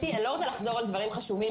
אני לא רוצה לחזור על דברים חשובים.